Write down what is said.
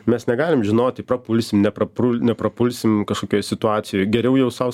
mes negalim žinoti prapulsim neprapul neprapulsim kažkokioj situacijoj geriau jau sau